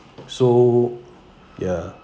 so ya